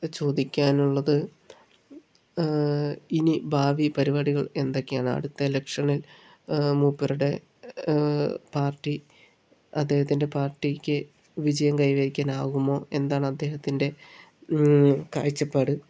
ചോദിക്കാനുള്ളത് ഇനി ഭാവി പരിപാടികൾ എന്തൊക്കെയാണ് അടുത്ത ഇലക്ഷനിൽ മൂപ്പരുടെ പാർട്ടി അദ്ദേഹത്തിൻ്റെ പാർട്ടിക്ക് വിജയം കൈവരിക്കാനാകുമോ എന്താണ് അദ്ദേഹത്തിൻ്റെ കാഴ്ച്ചപ്പാട്